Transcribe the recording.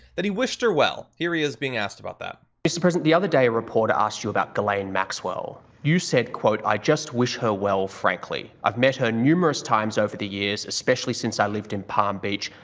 that he wished her well, here he is being asked about that. mr president, the other day a reporter asked you about ghislaine maxwell. you said quote, i just wish her well frankly. i've met her numerous times over the years, especially since i lived in palm beach.